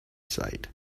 sight